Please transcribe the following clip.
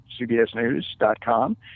cbsnews.com